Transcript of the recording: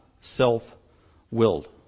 self-willed